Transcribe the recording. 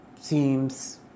seems